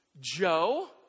Joe